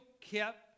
kept